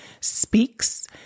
Speaks